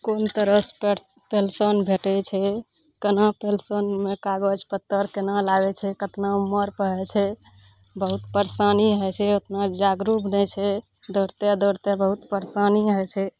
कोन तरहसे पे पैंशन भेटय छै केना पेंशनमे कागज पत्तर केना लागय छै कतना उमरपर होइ छै बहुत परेशानी होइ छै ओतना जागरूक नहि छै दौड़ते दौड़ते बहुत परेशानी होइ छै